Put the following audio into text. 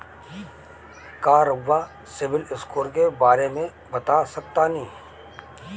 का रउआ सिबिल स्कोर के बारे में बता सकतानी?